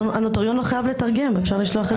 הנוטריון לא חייב לתרגם, אפשר לשלוח את זה